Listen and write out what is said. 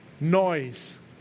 noise